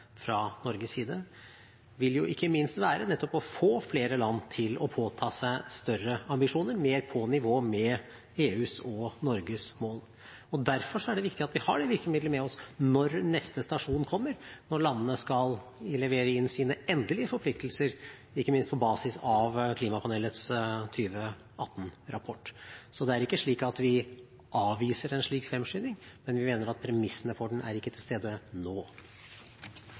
fra Norges side ikke minst vil være nettopp å få flere land til å påta seg større ambisjoner, mer på nivå med EUs og Norges mål. Derfor er det viktig at vi har det virkemiddelet med oss når neste stasjon kommer, når landene skal levere inn sine endelige forpliktelser, ikke minst på basis av klimapanelets 2018-rapport. Så det er ikke slik at vi avviser en slik fremskynding, men vi mener at premissene for den ikke er til stede nå.